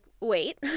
wait